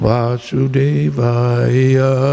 Vasudevaya